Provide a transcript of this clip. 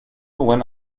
went